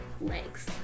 legs